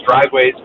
driveways